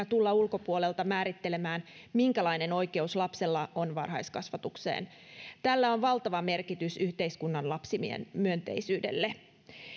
tulla ulkopuolelta määrittelemään minkälainen oikeus lapsella on varhaiskasvatukseen tällä on valtava merkitys yhteiskunnan lapsimyönteisyydelle